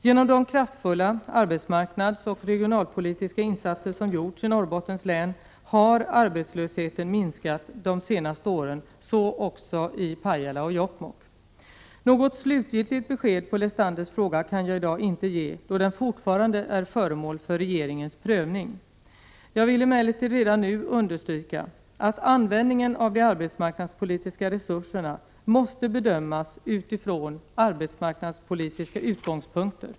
Genom de kraftfulla arbetsmarknadsoch regionalpolitiska insatser som gjorts i Norrbottens län har arbetslösheten minskat de senaste åren — så även i Pajala och Jokkmokk. Något slutligt besked på Lestanders fråga kan jag i dag inte ge, då den fortfarande är föremål för regeringens prövning. Jag vill emellertid redan nu understryka att användningen av de arbetsmarknadspolitiska resurserna måste bedömas utifrån arbetsmarknadspolitiska utgångspunkter.